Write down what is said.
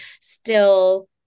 still-